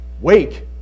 Wake